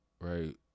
right